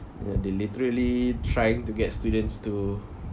ya they literally trying to get students to